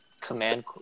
command